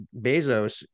Bezos